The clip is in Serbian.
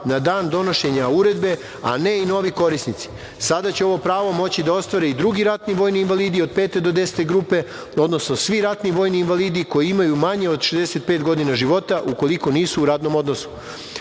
na dana donošenja uredbe, a ne i novi korisnici. Sada će ovo pravo moći da ostvare i drugi ratni vojni invalidi od pete do desete grupe, odnosno svi ratni vojni invalidi koji imaju manje od 65 godina života ukoliko nisu u radnom